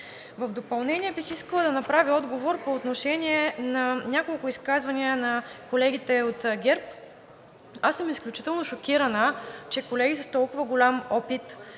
В допълнение бих искала да дам отговор по отношение на няколко изказвания на колегите от ГЕРБ. Аз съм изключително шокирана, че колеги с толкова голям опит